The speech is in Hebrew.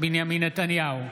בנימין נתניהו,